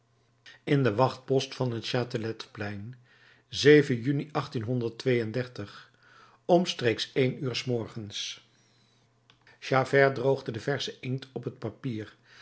in den wachtpost van het chateletplein juni omstreeks één uur s morgens javert droogde de versche inkt op het papier